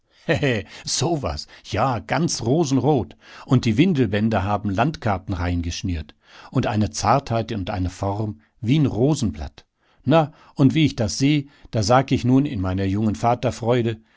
so was jaganz rosenrot und die windelbänder haben landkarten reingeschnürt und eine zartheit und eine form wie'n rosenblatt na und wie ich das seh da sag ich nun in meiner jungen